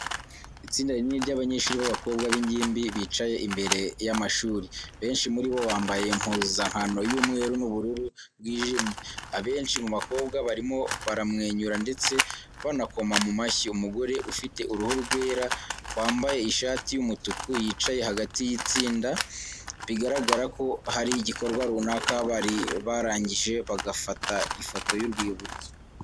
Itsinda rinini ry'abanyeshuri b'abakobwa b'ingimbi, bicaye imbere y'amashuri. Benshi muri bo bambaye impuzankano y'umweru n'ubururu bwijimye. Abenshi mu bakobwa barimo baramwenyura, ndetse banakoma mu mashyi. Umugore ufite uruhu rwera, wambaye ishati y'umutuku, yicaye hagati y'itsinda. Bigaragara ko hari igikorwa runaka bari barangije, bagafata ifoto y'urwibutso.